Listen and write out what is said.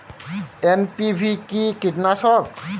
NPV কি কীটনাশক?